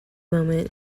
moment